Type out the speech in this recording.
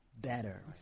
better